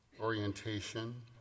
orientation